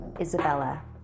Isabella